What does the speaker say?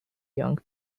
young